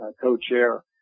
co-chair